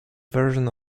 version